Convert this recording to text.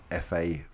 FA